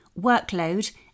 workload